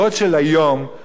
באופן אובייקטיבי,